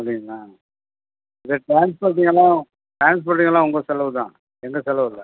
அப்படிங்களா சார் இது ட்ரான்ஸ்போர்ட்டுக்கெல்லாம் ட்ரான்ஸ்போர்ட்டுக்கெல்லாம் உங்கள் செலவு தான் எங்கள் செலவு இல்லை